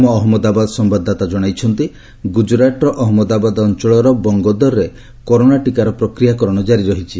ଆମ ଅହଜ୍ଞଦାବାଦ ସମ୍ଭାଦଦାତା ଜଣାଇଛନ୍ତି ଗ୍ରକ୍ରାଟ୍ର ଅହମ୍ମଦାବାଦ ଅଞ୍ଚଳର ଚଙ୍ଗୋଦରରେ କରୋନା ଟୀକାର ପ୍ରକ୍ରିୟାକରଣ କାରି ରହିଛି